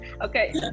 okay